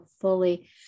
Fully